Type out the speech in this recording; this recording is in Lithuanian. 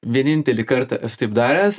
vienintelį kartą esu taip daręs